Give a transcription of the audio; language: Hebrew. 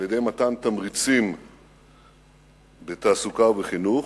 על-ידי מתן תמריצים בתעסוקה ובחינוך,